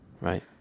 Right